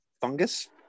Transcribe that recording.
fungus